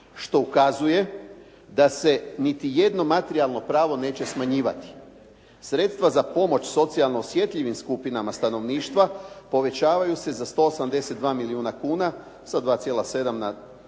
što ukazuje da se niti jedno materijalno pravo neće smanjivati. Sredstva za pomoć socijalno osjetljivim skupinama stanovništva povećavaju se za 182 milijuna kuna sa 2,7 na